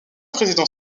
président